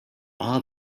are